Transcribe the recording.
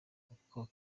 uko